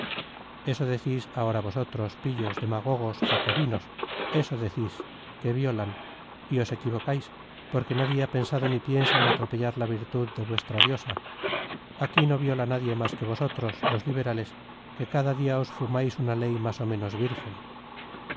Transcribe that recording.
eso decís ahora vosotros pillos demagogos jacobinos eso decís que violan y os equivocáis porque nadie ha pensado ni piensa en atropellar la virtud de vuestra diosa aquí no viola nadie más que vosotros los liberales que cada día os fumáis una ley más o menos virgen